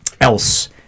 else